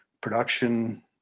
production